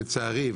שלצערי,